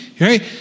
right